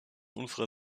unserer